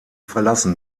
verlassen